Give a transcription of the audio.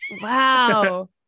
Wow